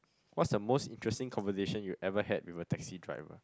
what's the most interesting conversation you ever had with a taxi driver